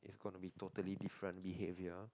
it's going to be totally different behaviour